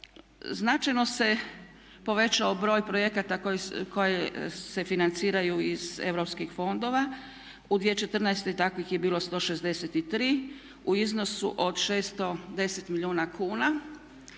Značajno se povećao broj projekata koji se financiraju iz europskih fondova, u 2014. takvih je bilo 163 u iznosu od 610 milijuna kuna.